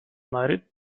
madrid